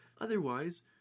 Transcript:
Otherwise